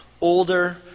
Older